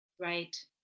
Right